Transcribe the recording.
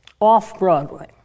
off-Broadway